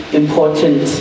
important